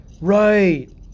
Right